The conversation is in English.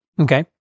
Okay